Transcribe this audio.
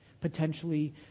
potentially